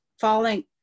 falling